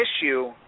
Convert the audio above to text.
issue